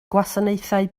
gwasanaethau